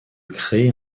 créer